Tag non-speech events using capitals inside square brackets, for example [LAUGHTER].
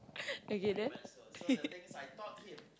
okay then [LAUGHS]